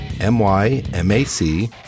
M-Y-M-A-C